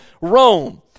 Rome